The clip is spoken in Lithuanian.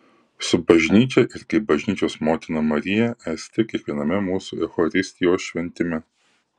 su bažnyčia ir kaip bažnyčios motina marija esti kiekviename mūsų eucharistijos šventime